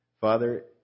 Father